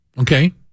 okay